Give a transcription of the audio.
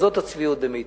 אז זאת הצביעות במיטבה.